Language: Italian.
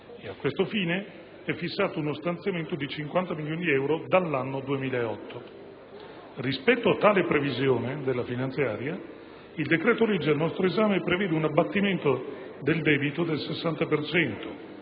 A questo fine è fissato uno stanziamento di 50 milioni di euro dall'anno 2008. Rispetto a tale previsione della finanziaria, il decreto‑legge al nostro esame prevede un abbattimento del debito del 60